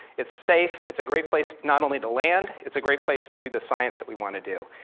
it's safe, it's a great place, not only to land, it's a great place to do the science that we wanna do.